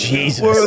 Jesus